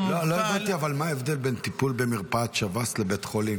--- לא הבנתי מה ההבדל בין טיפול במרפאת שב"ס לבית חולים.